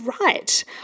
right